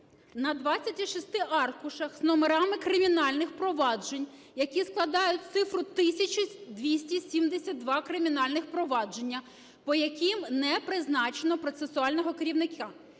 на 26 аркушах з номерами кримінальних проваджень, які складають цифру 1272 кримінальних провадження, по яким не призначено процесуального керівника,